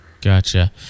Gotcha